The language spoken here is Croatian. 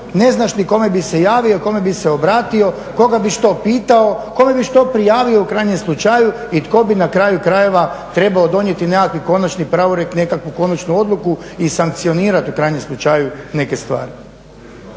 ne znaš ni kome bi se javio, kome bi se obratio, koga bi što pitao, kome bi što prijavio u krajnjem slučaju i tko bi na kraju krajeva trebao donijeti nekakvi konačni pravorijek, nekakvu konačnu odluku i sankcionirati u krajnjem slučaju neke stvari.